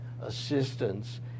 assistance